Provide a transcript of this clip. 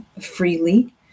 freely